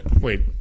Wait